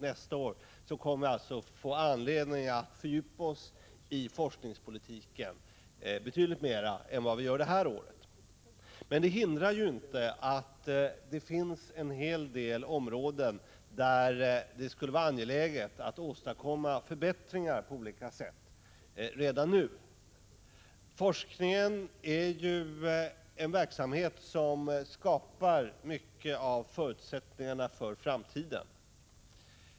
Nästa år kommer vi alltså att få anledning att fördjupa oss i forskningspolitiken betydligt mer än vad vi gör det här året. Det hindrar dock inte att det finns en hel del områden där det skulle vara angeläget att redan nu åstadkomma förbättringar på olika sätt. Forskningen är ju en verksamhet som skapar många av förutsättningarna för framtiden.